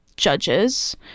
judges